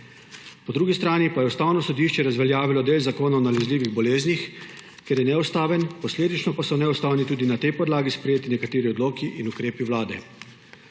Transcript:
Po drugi strani pa je Ustavno sodišče razveljavilo del Zakona o nalezljivih boleznih, ker je neustaven, posledično pa so neustavni tudi nekateri na tej podlagi sprejeti odloki in ukrepi Vlade.